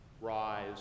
Rise